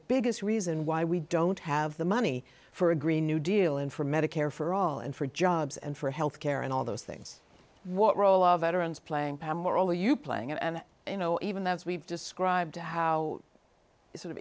biggest reason why we don't have the money for a green new deal and for medicare for all and for jobs and for health care and all those things what role are veterans playing pam were you playing and you know even though as we've described how sort of